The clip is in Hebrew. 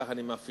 כך אני מפעיל.